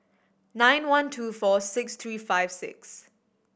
nine one two four six three five six